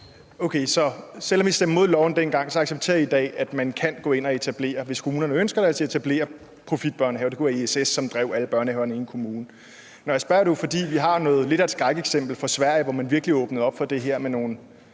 selv om I stemte imod lovforslaget dengang, accepterer I i dag, at man kan gå ind, hvis kommunerne ønsker det, og etablere profitbørnehaver. Det kunne være ISS, som drev alle børnehaverne i en kommune. Når jeg spørger, er det jo, fordi vi har lidt af et skrækeksempel fra Sverige, hvor man virkelig åbnede op for det her med nogle